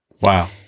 Wow